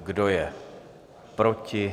Kdo je proti?